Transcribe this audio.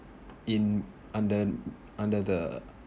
in under under the